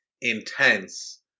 intense